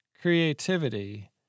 creativity